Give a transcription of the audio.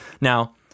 Now